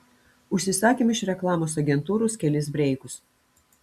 užsisakėm iš reklamos agentūros kelis breikus